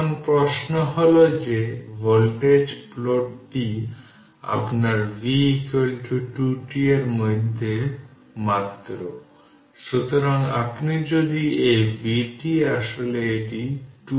এখন খেয়াল করুন সুইচ বন্ধ হওয়ার পর ক্যাপাসিটরগুলো প্যারালাল এ আছে মানে সার্কিটের দিকে ফিরে তাকালে সুইচ বন্ধ হয়ে যায়